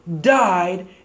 died